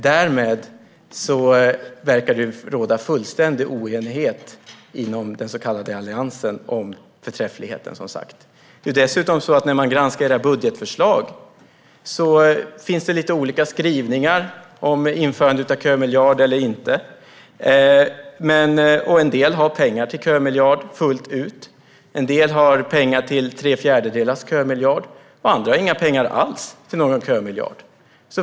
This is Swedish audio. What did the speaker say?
Det verkar alltså råda fullständig oenighet inom den så kallade Alliansen om förträffligheten i detta. I era budgetförslag finns lite olika skrivningar om huruvida man ska införa en kömiljard eller inte. En del har pengar till en kömiljard, fullt ut. En del har pengar till tre fjärdedelars kömiljard. Andra har inga pengar alls till någon kömiljard.